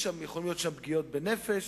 יכולות להיות שם פגיעות בנפש.